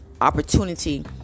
opportunity